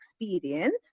experience